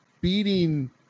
beating